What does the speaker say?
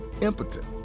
impotent